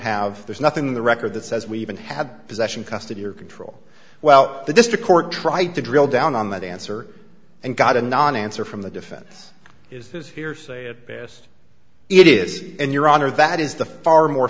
have there's nothing in the record that says we even have possession custody or control well the district court tried to drill down on that answer and got a non answer from the defense is this hearsay at best it is in your honor that is the far more